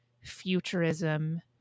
futurism